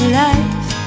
life